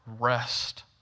rest